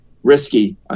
Risky